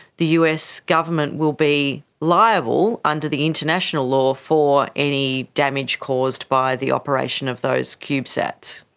the us government will be liable under the international law for any damage caused by the operation of those cubesats.